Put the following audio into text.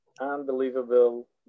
Unbelievable